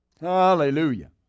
Hallelujah